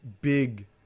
big